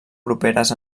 properes